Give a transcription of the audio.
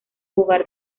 hogar